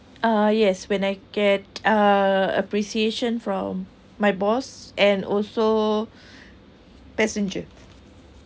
uh yes when I get uh appreciation from my boss and also passenger